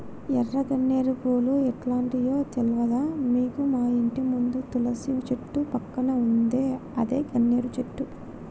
ఎర్ర గన్నేరు పూలు ఎట్లుంటయో తెల్వదా నీకు మాఇంటి ముందు తులసి చెట్టు పక్కన ఉందే అదే గన్నేరు చెట్టు